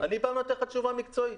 אני בא ונותן לך תשובה מקצועית.